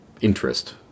interest